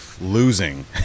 losing